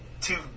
two